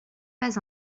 pas